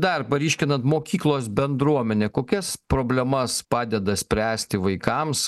dar paryškinan mokyklos bendruomenę kokias problemas padeda spręsti vaikams